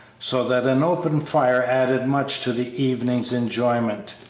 so that an open fire added much to the evening's enjoyment.